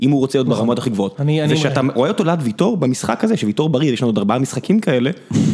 אם הוא רוצה להיות ברמות הכי גבוהות, זה שאתה רואה אותו ליד ויטור במשחק הזה, שויטור בריא, יש לנו עוד ארבעה משחקים כאלה.